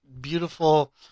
beautiful